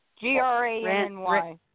G-R-A-N-Y